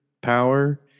power